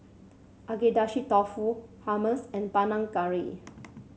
Agedashi Dofu Hummus and Panang Curry